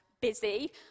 busy